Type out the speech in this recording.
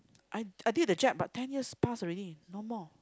I I did the jab but ten years pass already no more